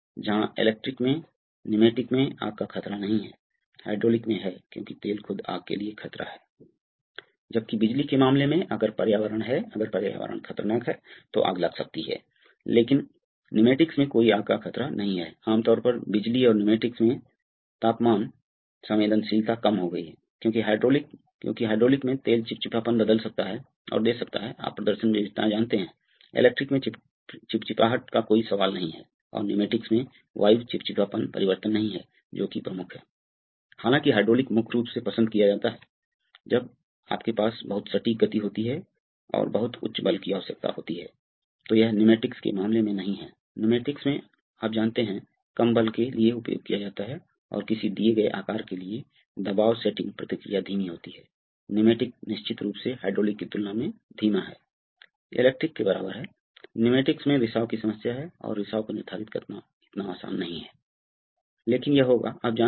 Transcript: दैसड रेखा में C से D और D को E से जोड़ने के लिए लाइनें क्यों जुड़ी हुई हैं यह दूसरा है जो सिस्टम प्रेशर सिलेक्शन Selection है क्योंकि वे पायलट लाइन्स हैं क्षमा करें मैंने पहले ही जवाब दे दिया है आप इसके बारे में सोचने वाले हैं क्या आप एक बात जिसका मैं उल्लेख करना चाहता था वह यह है कि कई मामलों में आप पाएंगे कि मैंने कहा है कि कुछ लिमिट स्विच संचालित होती है और कुछ सोलनॉइड का संचालन करती है